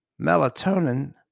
melatonin